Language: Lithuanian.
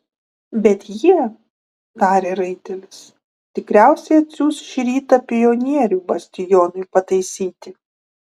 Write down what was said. bet jie tarė raitelis tikriausiai atsiųs šį rytą pionierių bastionui pataisyti